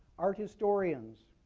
art historians